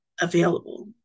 available